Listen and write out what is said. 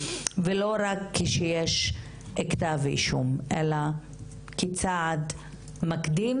ולא רק כשיש כתב אישום אלא כצעד מקדים